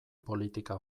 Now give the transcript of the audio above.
politika